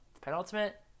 penultimate